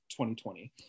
2020